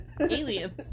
aliens